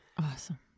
Awesome